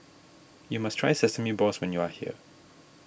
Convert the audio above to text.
you must try Sesame Balls when you are here